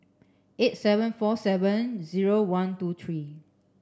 eight seven four seven zero one two three